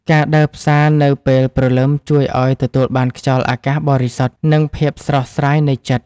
ការដើរផ្សារនៅពេលព្រលឹមជួយឱ្យទទួលបានខ្យល់អាកាសបរិសុទ្ធ និងភាពស្រស់ស្រាយនៃចិត្ត។